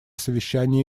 совещания